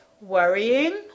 worrying